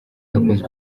hakunze